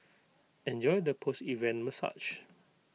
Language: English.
enjoy the post event massage